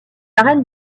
arènes